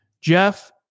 Jeff